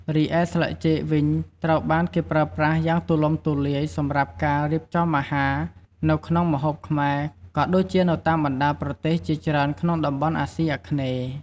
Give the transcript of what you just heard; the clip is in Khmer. រីឯ ស្លឹកចេក វិញត្រូវបានគេប្រើប្រាស់យ៉ាងទូលំទូលាយសម្រាប់ការ រៀបចំអាហារ នៅក្នុងម្ហូបខ្មែរ ក៏ដូចជានៅតាមបណ្ដាប្រទេសជាច្រើនក្នុងតំបន់អាស៊ីអាគ្នេយ៍។